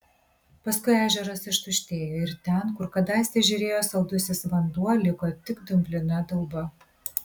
paskui ežeras ištuštėjo ir ten kur kadaise žėrėjo saldusis vanduo liko tik dumblina dauba